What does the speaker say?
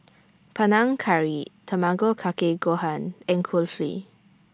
Panang Curry Tamago Kake Gohan and Kulfi